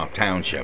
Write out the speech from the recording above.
Township